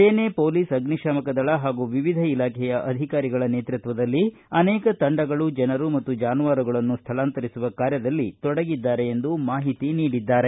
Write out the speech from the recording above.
ಸೇನೆ ಪೊಲೀಸ್ ಅಗ್ನಿಶಾಮಕ ದಳ ಹಾಗೂ ವಿವಿಧ ಇಲಾಖೆಯ ಅಧಿಕಾರಿಗಳ ನೇತೃತ್ವದಲ್ಲಿ ಅನೇಕ ತಂಡಗಳು ಜನರು ಮತ್ತು ಜಾನುವಾರುಗಳನ್ನು ಸ್ವಳಾಂತರಿಸುವ ಕಾರ್ಯದಲ್ಲಿ ತೊಡಗಿದ್ದಾರೆ ಎಂದು ಮಾಹಿತಿ ನೀಡಿದ್ದಾರೆ